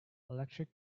electric